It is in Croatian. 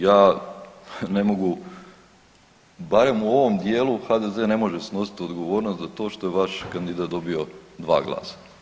Ja ne mogu barem u ovom dijelu HDZ ne može snositi odgovornost za to što je vaš kandidat dobio dva glasa.